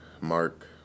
Mark